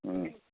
ꯎꯝ